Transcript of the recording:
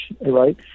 right